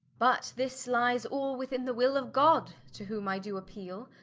but this lyes all within the wil of god, to whom i do appeale,